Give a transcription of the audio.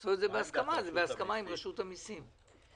עם רשות המסים.